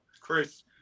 Chris